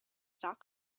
talk